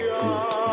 good